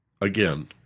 Again